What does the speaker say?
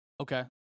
Okay